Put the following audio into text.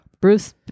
Bruce